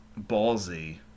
ballsy